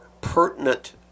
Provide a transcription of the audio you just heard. pertinent